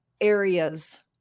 areas